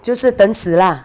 就是等死 lah